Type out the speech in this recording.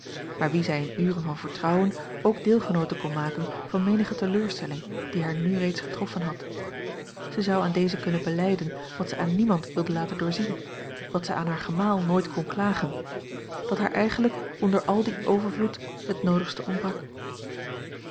maar wie zij in uren van vertrouwen ook deelgenoote kon maken van menige teleurstelling die haar a l g bosboom-toussaint langs een omweg nu reeds getroffen had zij zou aan deze kunnen belijden wat zij aan niemand wilde laten doorzien wat zij aan haar gemaal nooit kon klagen dat haar eigenlijk onder al dien overvloed het noodigste ontbrak